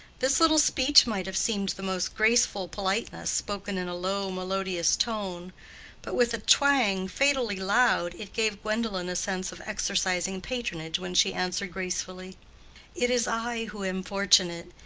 this little speech might have seemed the most graceful politeness, spoken in a low, melodious tone but with a twang, fatally loud, it gave gwendolen a sense of exercising patronage when she answered, gracefully it is i who am fortunate.